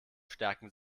stärken